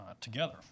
together